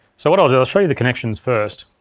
so what i'll do, i'll show you the connections first.